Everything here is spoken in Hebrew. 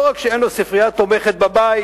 לא רק שאין לו ספרייה תומכת בבית